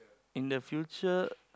in the future